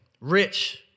rich